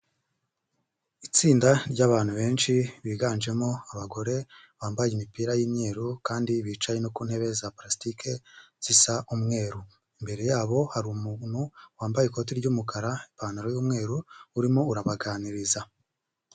Itsinda ryabantu benshi, biganjemo abagore bambaye imipira y'imweru kandi bicaye ku ntebe za palasitike zisa umweru, imbere yabo hari umuntu wambaye ikoti ry'umukara n'ipantaro y'umweru urimo urabaganiriza.